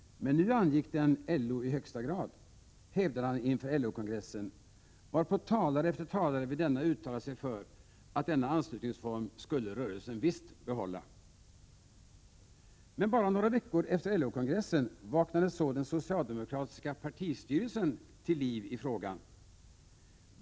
Men nu angick den LO i högsta grad, hävdade han inför LO-kongressen, varpå talare efter talare vid denna uttalade sig för att rörelsen visst skulle behålla denna anslutningsform. Bara några veckor efter LO-kongressen vaknade emellertid den socialdemokratiska partistyrelsen till liv i frågan.